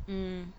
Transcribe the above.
mm